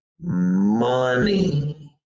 money